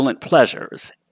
pleasures